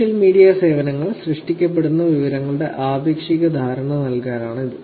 social media സേവനങ്ങളിൽ സൃഷ്ടിക്കപ്പെടുന്ന വിവരങ്ങളുടെ ആപേക്ഷിക ധാരണ നൽകാനാണ് ഇത്